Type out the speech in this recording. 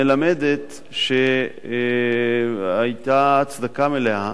מלמדת שהיתה הצדקה מלאה